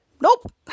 nope